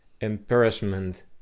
embarrassment